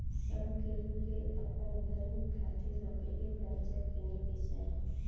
सब केहू के अपना घर में खातिर लकड़ी के फर्नीचर किने के चाही